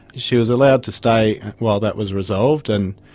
she was allowed to stay while that was resolved, and